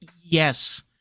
yes